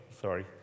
Sorry